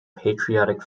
patriotic